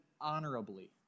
honorably